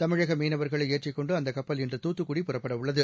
தமிழக மீனவர்களை ஏற்றிக் கொண்டு அந்தக் கப்பல் இன்று தூத்துக்குடி புறப்படவுள்ளது